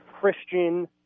Christian